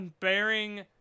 unbearing